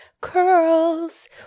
curls